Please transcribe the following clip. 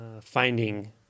finding